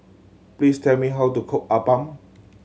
please tell me how to cook appam